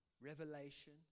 revelation